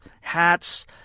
hats